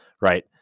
right